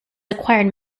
acquired